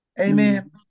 Amen